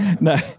No